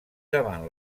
davant